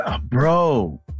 Bro